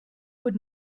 would